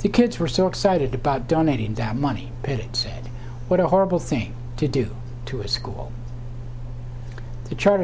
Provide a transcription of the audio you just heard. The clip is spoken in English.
the kids were so excited about donating that money pit said what a horrible thing to do to a school the charter